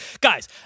Guys